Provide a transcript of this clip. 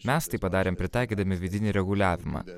mes tai padarėm pritaikydami vidinį reguliavimą